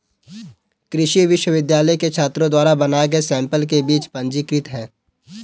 कृषि विश्वविद्यालय के छात्रों द्वारा बनाए गए सैंपल के बीज पंजीकृत हैं